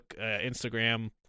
Instagram